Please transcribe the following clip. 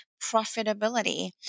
profitability